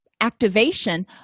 activation